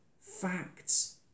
facts